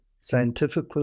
scientific